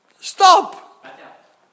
stop